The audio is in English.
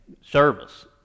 service